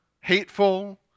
hateful